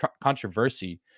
controversy